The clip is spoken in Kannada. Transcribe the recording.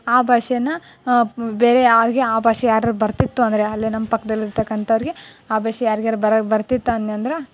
ಆ ಭಾಷೇನ ಬೇರೆ ಯಾರಿಗೆ ಆ ಭಾಷೆ ಯಾರಾರ ಬರ್ತಿತ್ತು ಅಂದರೆ ಅಲ್ಲೇ ನಮ್ಮ ಪಕ್ದಲ್ಲಿ ಇರ್ತಕ್ಕಂಥವ್ರಿಗೆ ಆ ಭಾಷೆ ಯಾರಿಗಾರ ಬರ ಬರ್ತಿತ್ತು ಅನ್ನಿ ಅಂದ್ರ